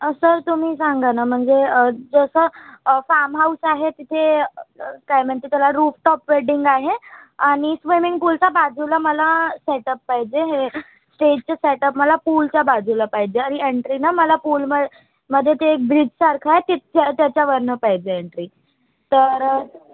असं तुम्ही सांगा ना म्हणजे जसं फाम हाऊस आहे तिथे काय म्हणते त्याला रूफ टॉप वेडिंग आहे आणि स्विमिंग पुलच्या बाजूला मला सेटप पाहिजे हे स्टेजचा सेटप मला पूलच्या बाजूला पाहिजे आणि एन्ट्री ना मला पुलम मध्ये ते एक ब्रिजसारखं आहे तिथ् त्याच्यावरून पाहिजे एन्ट्री तर